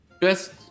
best